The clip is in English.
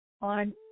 on